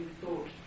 thought